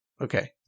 Okay